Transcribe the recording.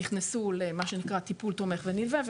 תרופות שנכנסו לטיפול תומך ונלווה,